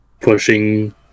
pushing